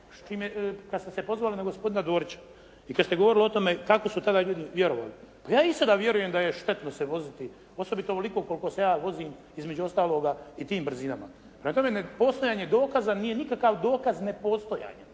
kad ste se pozvali na gospodina Dorića i kad ste govorili o tome kako su tada ljudi vjerovali. Pa ja i sada vjerujem da je štetno se voziti osobito ovoliko koliko se ja vozim između ostaloga i tim brzinama. Prema tome, nepostojanje dokaza nije nikakav dokaz nepostojanja